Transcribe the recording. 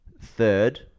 third